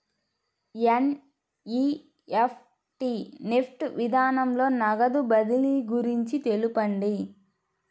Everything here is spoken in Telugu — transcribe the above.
ఎన్.ఈ.ఎఫ్.టీ నెఫ్ట్ విధానంలో నగదు బదిలీ గురించి తెలుపండి?